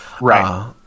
Right